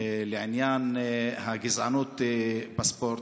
לעניין הגזענות בספורט.